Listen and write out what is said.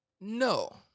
No